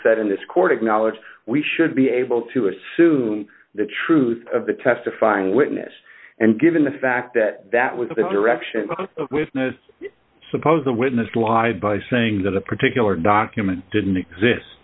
said in this court acknowledged we should be able to assume the truth of the testifying witness and given the fact that that was the direction of witness suppose the witness lied by saying that a particular document didn't exist